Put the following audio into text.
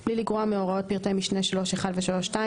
3.3. בלי לגרוע מהוראות פרטי משנה 3.1 ו-3.2,